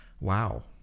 Wow